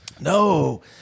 No